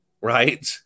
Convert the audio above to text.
right